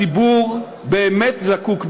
הציבור באמת זקוק,